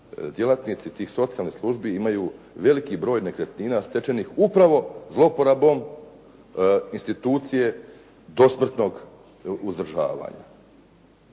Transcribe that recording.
djelatnici tih socijalnih službi imaju veliki broj nekretnina stečeni upravo zlouporabom institucije dosmrtnog uzdržavanja.